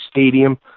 stadium